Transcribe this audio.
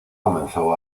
comenzó